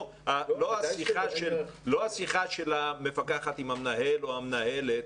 לא השיחה של המפקחת עם המנהל או המנהלת,